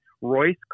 Royce